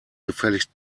gefälligst